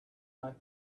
night